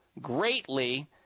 greatly